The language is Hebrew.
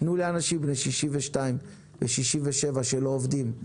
תנו לאנשים בני 62 ו-67 שלא עובדים,